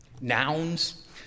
nouns